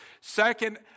Second